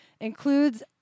Includes